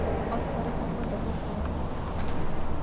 ᱚᱛ ᱠᱚᱨᱮ ᱦᱚᱸᱠᱚ ᱫᱚᱦᱚ ᱠᱚᱣᱟ